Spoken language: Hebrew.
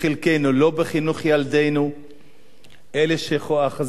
אלה שאוחזים בהגה בתחילת הדרך,